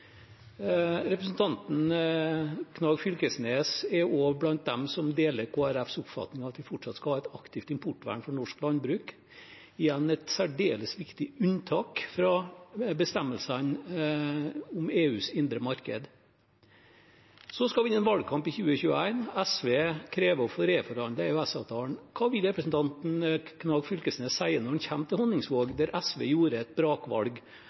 Representanten Knag Fylkesnes er også blant dem som deler Kristelig Folkepartis oppfatning av at det fortsatt skal være et aktivt importvern for norsk landbruk – igjen et særdeles viktig unntak fra bestemmelsene om EUs indre marked. Så skal vi inn i en valgkamp i 2021. SV krever å få reforhandlet EØS-avtalen. Hva vil representanten Knag Fylkesnes si når han kommer til Honningsvåg, der SV gjorde et brakvalg,